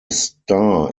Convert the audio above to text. star